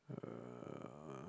uh